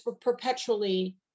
perpetually